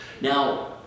Now